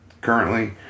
currently